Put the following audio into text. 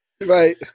Right